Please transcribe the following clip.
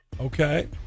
Okay